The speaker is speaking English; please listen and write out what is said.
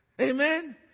Amen